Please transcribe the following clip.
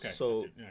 okay